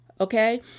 Okay